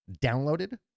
downloaded